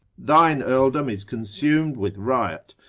thine earldom is consumed with riot,